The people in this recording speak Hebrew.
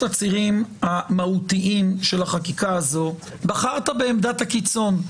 הצירים המהותיים של החקיקה הזאת בחרת בעמדת הקיצון.